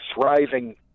thriving